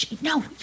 no